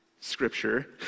Scripture